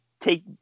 take